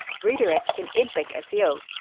redirects can impact seo,